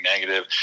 negative